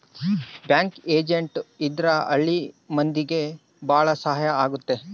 bank agent ಇದ್ರ ಹಳ್ಳಿ ಮಂದಿಗೆ ಭಾಳ ಸಹಾಯ ಆಗುತ್ತೆ